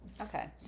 Okay